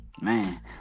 Man